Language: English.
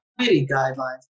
guidelines